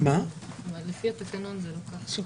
לפי התקנון זה לא כך.